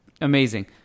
amazing